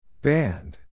Band